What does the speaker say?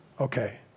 okay